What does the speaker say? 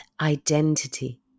identity